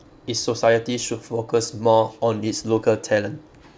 its society should focus more on its local talent